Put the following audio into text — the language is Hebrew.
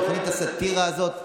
תוכנית הסאטירה הזאת,